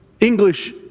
English